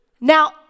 Now